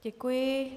Děkuji.